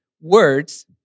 words